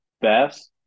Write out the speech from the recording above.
best